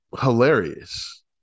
hilarious